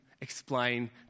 explain